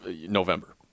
November